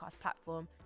platform